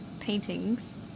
paintings